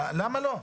אז למה לא?